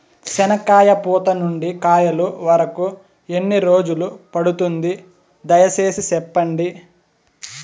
చెనక్కాయ పూత నుండి కాయల వరకు ఎన్ని రోజులు పడుతుంది? దయ సేసి చెప్పండి?